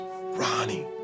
Ronnie